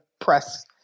press